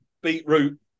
beetroot